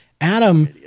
Adam